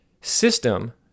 system